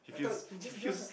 I thought just join lah